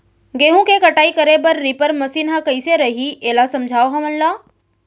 गेहूँ के कटाई करे बर रीपर मशीन ह कइसे रही, एला समझाओ हमन ल?